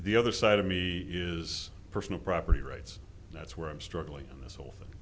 the other side of me is personal property rights that's where i'm struggling in this whole thing